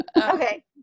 Okay